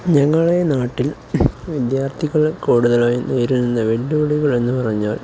ഞങ്ങളെ നാട്ടിൽ വിദ്യാർത്ഥികൾ കൂടുതലായി നേരിടുന്ന വെല്ലുവിളികൾ എന്നു പറഞ്ഞാൽ